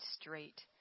straight